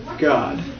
God